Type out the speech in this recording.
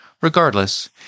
Regardless